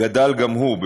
גדל גם הוא,